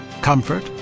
comfort